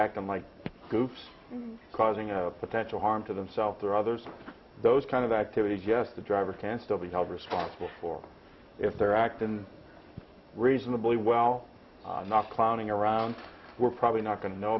acting like goofs causing a potential harm to themselves or others those kind of activities yes the driver can still be held responsible or if they're act and reasonably well not clowning around we're probably not going to know